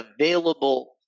available